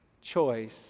choice